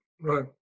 Right